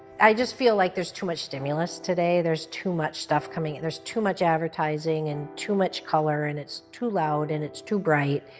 i just feel like there's too much stimulus today there's too much stuff coming, there's too much advertising, and too much color, and it's too loud, and it's too bright.